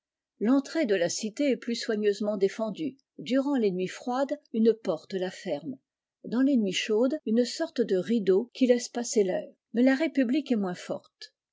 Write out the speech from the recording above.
l'entrée de la cité est plus soigneusement défendue durant les nuits froides une porte la ferme dans les nuits chaudes une sorte de rideau qui laisse passer fair mais la république est moins forte